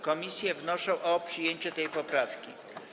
Komisje wnoszą o przyjęcie tej poprawki.